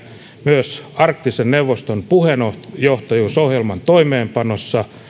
myös arktisen neuvoston puheenjohtajuusohjelman toimeenpanossa